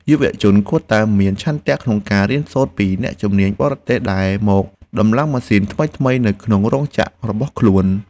យុវជនគួរតែមានឆន្ទៈក្នុងការរៀនសូត្រពីអ្នកជំនាញបរទេសដែលមកតម្លើងម៉ាស៊ីនថ្មីៗនៅក្នុងរោងចក្ររបស់ខ្លួន។